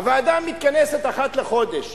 הוועדה מתכנסת אחת לחודש.